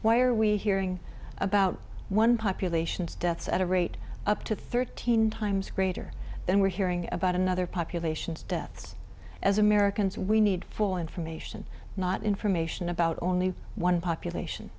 why are we hearing about one population's deaths at a rate up to thirteen times greater then we're hearing about another population's deaths as americans we need for information not information about only one population